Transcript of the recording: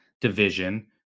division